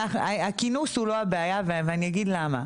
הכינוס הוא לא הבעיה ואני אגיד למה.